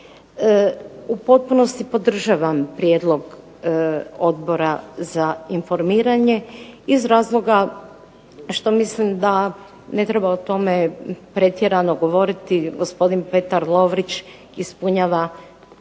U potpunosti podržavam prijedlog Odbora za informiranje, iz razloga što mislim da ne treba o tome pretjerano govoriti, gospodin Petar Lovrić ispunjava